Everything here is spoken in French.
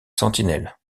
sentinelles